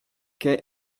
quai